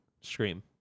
Scream